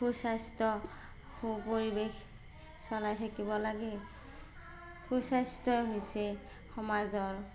সুস্বাস্থ্য সু পৰিৱেশ চলাই থাকিব লাগে সুস্বাস্থ্যই হৈছে সমাজৰ